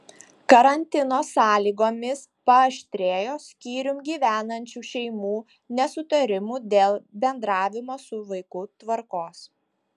karantino sąlygomis paaštrėjo skyrium gyvenančių šeimų nesutarimų dėl bendravimo su vaiku tvarkos